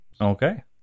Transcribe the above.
Okay